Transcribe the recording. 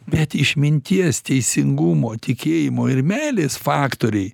bet išminties teisingumo tikėjimo ir meilės faktoriai